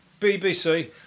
BBC